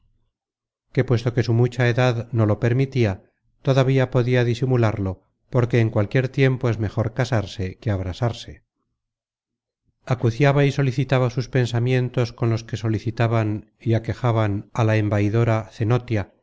que puesto que su mucha edad no lo permitia todavía podia disimularlo porque en cualquier tiempo es mejor casarse que abrasarse acuciaba y solicitaba sus pensamientos con los que solicitaban y aquejaban á la embaidora cenotia